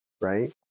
right